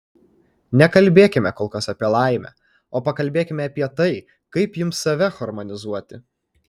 nekalbėkime kol kas apie laimę o pakalbėkime apie tai kaip jums save harmonizuoti